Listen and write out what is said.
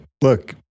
Look